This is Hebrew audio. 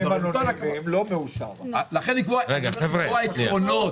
צריך לקבוע עקרונות.